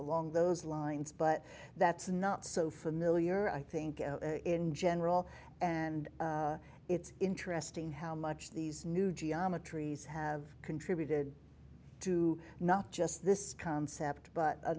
along those lines but that's not so familiar i think in general and it's interesting how much these new geometries have contributed to not just this concept but a